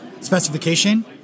specification